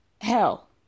Hell